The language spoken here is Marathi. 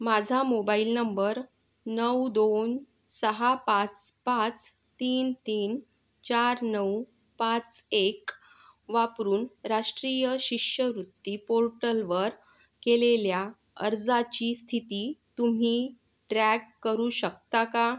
माझा मोबाईल नंबर नऊ दोन सहा पाच पाच तीन तीन चार नऊ पाच एक वापरून राष्ट्रीय शिष्यवृत्ती पोर्टलवर केलेल्या अर्जाची स्थिती तुम्ही ट्रॅक करू शकता का